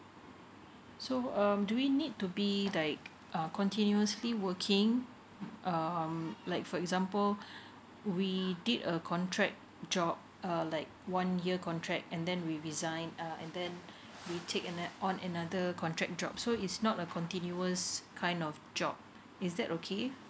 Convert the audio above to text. so um do we need to be like err continuously working um like for example we did a contract job err like one year contract and then we resign uh and then we take on another contract job so is not a continuous kind of job is that okay